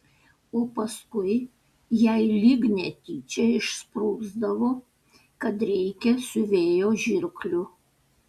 o paskui jai lyg netyčia išsprūsdavo kad reikia siuvėjo žirklių